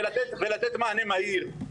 ולתת מענה מהיר.